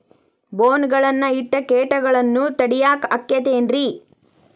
ಬೋನ್ ಗಳನ್ನ ಇಟ್ಟ ಕೇಟಗಳನ್ನು ತಡಿಯಾಕ್ ಆಕ್ಕೇತೇನ್ರಿ?